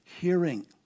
hearing